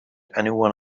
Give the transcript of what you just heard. anyone